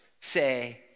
say